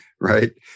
right